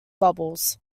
bubbles